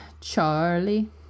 Charlie